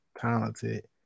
talented